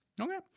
Okay